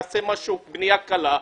תעשה בנייה קלה,